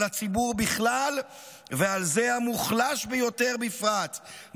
הציבור בכלל ועל זה המוחלש ביותר בפרט,